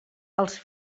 als